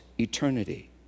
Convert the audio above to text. eternity